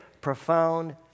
profound